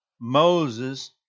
Moses